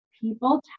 people